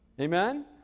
amen